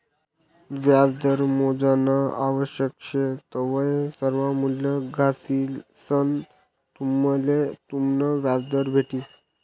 व्याजदर मोजानं आवश्यक शे तवय सर्वा मूल्ये घालिसंन तुम्हले तुमनं व्याजदर भेटी